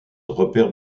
repère